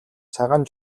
цагаан